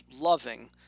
loving